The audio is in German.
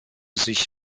sich